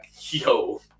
Yo